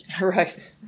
Right